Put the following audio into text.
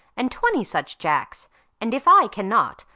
and twenty such jacks and if i cannot,